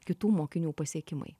kitų mokinių pasiekimai